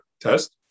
test